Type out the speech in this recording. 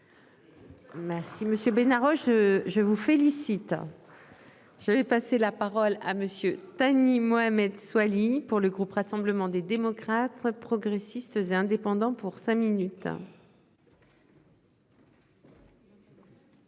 si Monsieur Bénard Roche je vous félicite.-- Je vais passer la parole à Monsieur Thani Mohamed Soilihi. Pour le groupe Rassemblement des démocrates, progressistes et indépendants pour cinq minutes.--